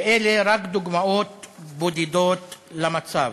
ואלה רק דוגמאות בודדות למצב.